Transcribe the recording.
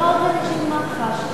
מח"ש.